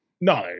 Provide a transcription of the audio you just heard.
No